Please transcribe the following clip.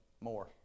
more